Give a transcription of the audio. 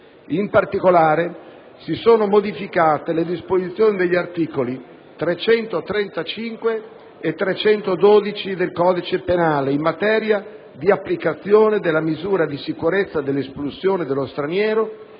In particolare, si sono modificate le disposizioni degli articoli 235 e 312 del codice penale in materia di applicazione della misura di sicurezza dell'espulsione dello straniero